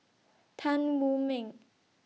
Tan Wu Meng